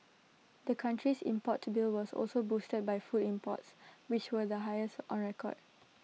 the country's import bill was also boosted by food imports which were the highest on record